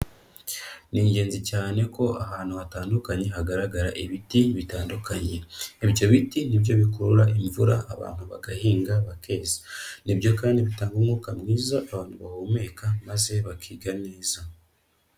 Ni ingenzi cyane ko ahantu hatandukanye hagaragara ibiti bitandukanye. Ibyo biti ni byo bikurura imvura, abantu bagahinga, bakeza. Ni byo kandi bitanga umwuka mwiza, abantu bahumeka maze bakiga neza.